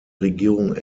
regierung